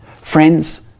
Friends